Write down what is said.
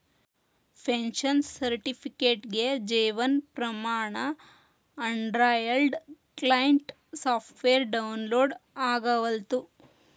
pension ಸರ್ಟಿಫಿಕೇಟ್ಗೆ Jeevan Pramaan Android client software download ಆಗವಲ್ತು